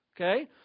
Okay